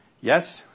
Yes